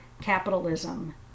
capitalism